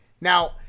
now